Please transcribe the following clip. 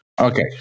Okay